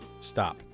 Stop